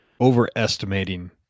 overestimating